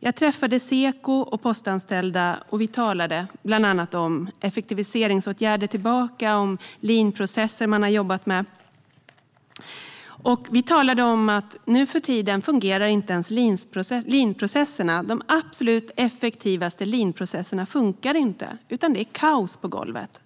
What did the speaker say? Jag träffade Seko och postanställda, och vi talade bland annat om tidigare effektiviseringsåtgärder och leanprocesser som man har jobbat med. Nu för tiden fungerar inte ens de absolut effektivaste leanprocesserna, utan det är kaos på golvet.